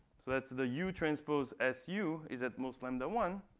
so that's the u transpose su is at most lambda one.